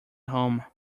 home